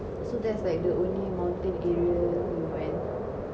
so that's like the only mountain area you went